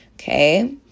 Okay